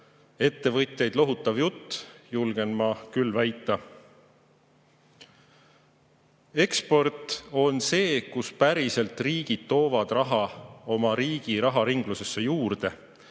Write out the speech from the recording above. ettevõtjaid lohutav jutt, julgen ma küll väita. Eksport on see, millega riigid päriselt toovad raha oma riigi raharinglusesse juurde.